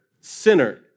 sinner